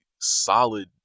solid